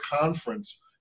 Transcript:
conference